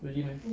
really meh